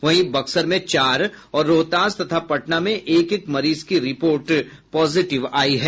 वहीं बक्सर में चार और रोहतास तथा पटना में एक एक मरीज की रिपोर्ट पॉजिटिव आयी है